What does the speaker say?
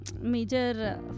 Major